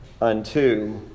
unto